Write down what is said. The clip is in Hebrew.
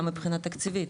גם מבחינה תקציבית.